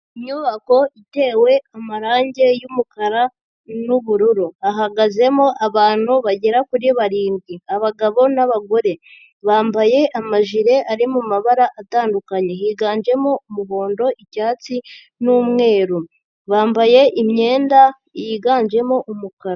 Inyubako itewe amarange y'umukara n'ubururu. Hahagazemo abantu bagera kuri barindwi. Abagabo n'abagore. Bambaye amajire ari mu mabara atandukanye. Higanjemo umuhondo, icyatsi n'umweru. Bambaye imyenda yiganjemo umukara.